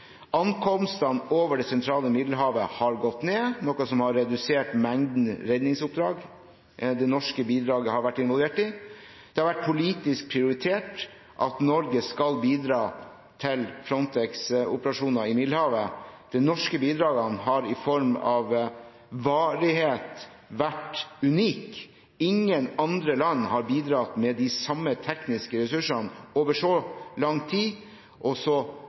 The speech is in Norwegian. Ankomstene over det sentrale Middelhavet har gått ned, noe som har redusert mengden redningsoppdrag som det norske bidraget har vært involvert i. Det har vært politisk prioritert at Norge skal bidra til Frontex’ operasjoner i Middelhavet. De norske bidragene har i form og varighet vært unike. Ingen andre land har bidratt med de samme tekniske ressursene over så lang tid og så